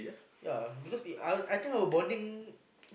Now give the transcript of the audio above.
ya because we I I think our bonding